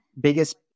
Biggest